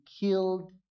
killed